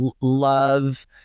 love